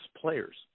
players